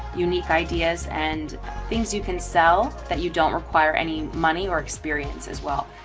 unique ideas and things you can sell that you don't require any money or experience as well.